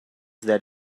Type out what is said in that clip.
that